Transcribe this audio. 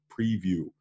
preview